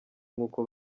nk’uko